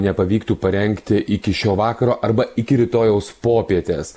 nepavyktų parengti iki šio vakaro arba iki rytojaus popietės